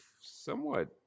Somewhat